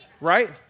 Right